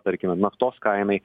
tarkime naftos kainai